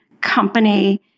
company